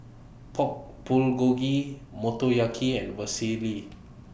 Pork Bulgogi Motoyaki and Vermicelli